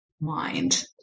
mind